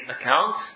accounts